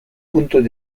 puntos